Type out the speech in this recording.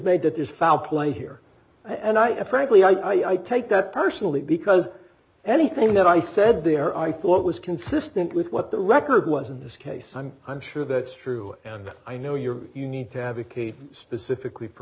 made that there's foul play here and i frankly i take that personally because anything that i said they are i thought was consistent with what the record was in this case i'm i'm sure that's true and i know you're you need to advocate specifically